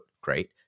great